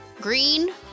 green